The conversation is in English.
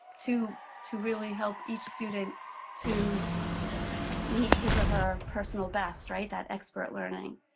to to really help each student to meet his or her personal best right? that expert learning.